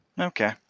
Okay